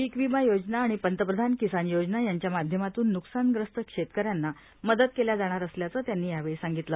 पीक विमा योजना आणि पंतप्रधान किसाव योजना यांच्या माध्यमातूव ब्रुकसानग्रस्त शेतकऱ्यांना मदत केल्या जाणार असल्याचं त्यांनी यावेळी सांभितलं